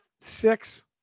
six